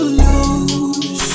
lose